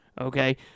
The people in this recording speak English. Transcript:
Okay